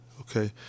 okay